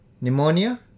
pneumonia